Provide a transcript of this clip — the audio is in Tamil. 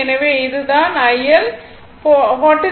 எனவே இது தான் IL 43